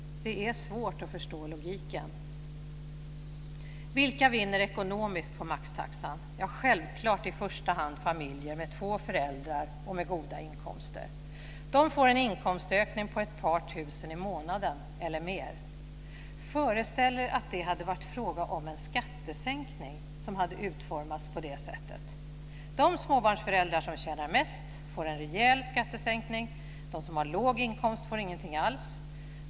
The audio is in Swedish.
Det är svårt att förstå logiken. Vilka vinner ekonomiskt på maxtaxan? Jo, självklart i första hand familjer med två föräldrar med goda inkomster. De får en inkomstökning på ett par tusen i månaden eller mer. Föreställ er att det hade varit fråga om en skattesänkning som utformades på det sättet. De småbarnsföräldrar som tjänar mest får en rejäl skattesänkning. De som har låg inkomst får ingenting alls.